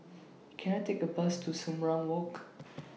Can I Take A Bus to Sumang Wrong Walk